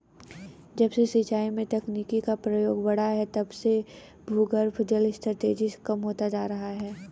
जब से सिंचाई में तकनीकी का प्रयोग बड़ा है तब से भूगर्भ जल स्तर तेजी से कम होता जा रहा है